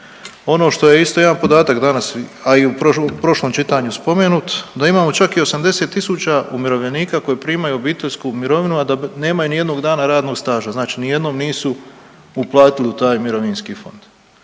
Ono što je isto jedan podatak danas, a i u prošlom čitanju spomenut, da imam čak i 80 tisuća umirovljenika koji primaju obiteljsku mirovinu, a da nemaju nijednog dana radnog staža, znači nijednom nisu uplatili taj mirovinski fond.